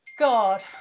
God